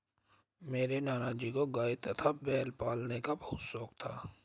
मेरे नाना जी को गाय तथा बैल पालन का बहुत शौक था